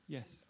Yes